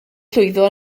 llwyddo